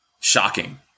Shocking